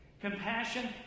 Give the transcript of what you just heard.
Compassion